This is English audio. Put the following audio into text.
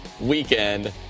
weekend